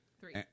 Three